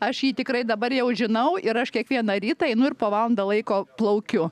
aš jį tikrai dabar jau žinau ir aš kiekvieną rytą einu ir po valandą laiko plaukiu